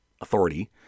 authority